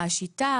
שהשיטה,